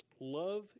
love